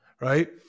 Right